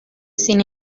sin